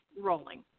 rolling